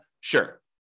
Sure